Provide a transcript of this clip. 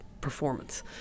performance